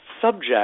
subject